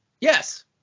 yes